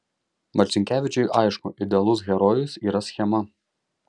marcinkevičiui aišku idealus herojus yra schema